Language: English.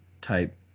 type